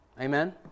amen